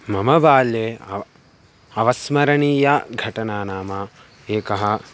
मम बाल्ये अव अविस्मरणीया घटना नाम एकः